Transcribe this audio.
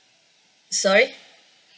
sorry